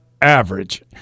average